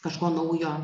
kažko naujo